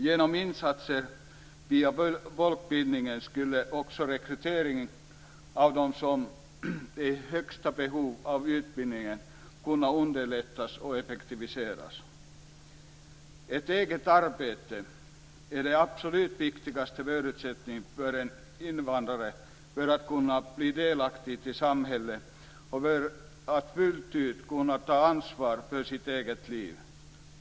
Genom insatser via folkbildningen skulle också rekryteringen av dem som är i störst behov av utbildning kunna underlättas och effektiviseras. Ett eget arbete är den absolut viktigaste förutsättningen för en invandrare att bli delaktig i samhället och för att fullt ut ta ansvar för sitt eget liv.